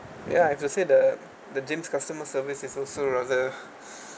ya I have to say the the gym's customer service is also rather